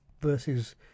versus